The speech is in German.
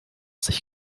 sich